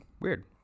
Weird